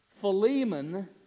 Philemon